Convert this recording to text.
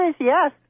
yes